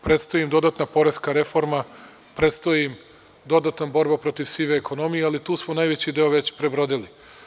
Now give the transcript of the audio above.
Predstoji im dodatna poreska reforma, predstoji im dodatna borba protiv sive ekonomije, ali tu smo najveći deo već prebrodili.